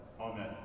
amen